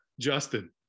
Justin